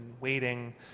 waiting